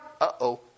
uh-oh